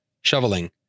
Shoveling